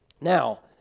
Now